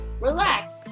relax